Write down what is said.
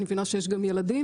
אני מבינה שיש גם ילדים.